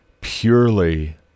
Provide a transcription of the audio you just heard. purely